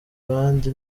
abandi